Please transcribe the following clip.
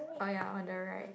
oh ya on the right